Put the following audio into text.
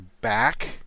back